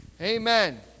Amen